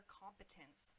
competence